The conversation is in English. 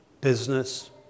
business